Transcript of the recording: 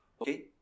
okay